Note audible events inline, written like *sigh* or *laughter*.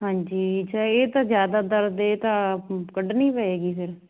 ਹਾਂਜੀ ਜ ਇਹ ਤਾਂ ਜ਼ਿਆਦਾ ਦਰਦ ਇਹ ਤਾਂ *unintelligible* ਕੱਢਣੀ ਪਏਗੀ ਫਿਰ